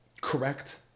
correct